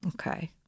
Okay